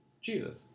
Jesus